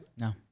No